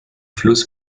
fluss